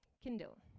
Kindle